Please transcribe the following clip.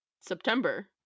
September